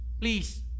Please